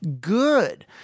good